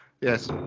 Yes